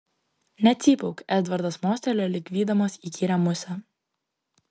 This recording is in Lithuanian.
necypauk edvardas mostelėjo lyg vydamas įkyrią musę